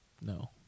no